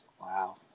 Wow